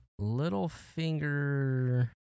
Littlefinger